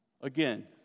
Again